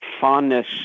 fondness